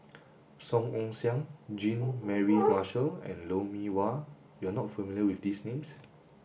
Song Ong Siang Jean Mary Marshall and Lou Mee Wah you are not familiar with these names